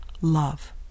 love